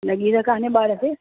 लॻी त कोन्हे ॿार खे